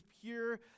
pure